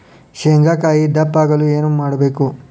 ಶೇಂಗಾಕಾಯಿ ದಪ್ಪ ಆಗಲು ಏನು ಮಾಡಬೇಕು?